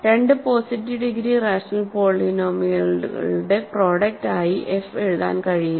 രണ്ട് positive degree rational പോളിനോമിയലുകളുടെ product ആയി f എഴുതാൻ കഴിയില്ല